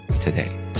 today